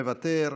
מוותר,